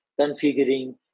configuring